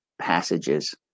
passages